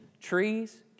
trees